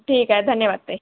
ठीक आहे धन्यवाद ताई